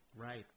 Right